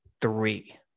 three